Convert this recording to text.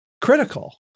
critical